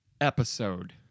episode